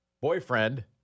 Boyfriend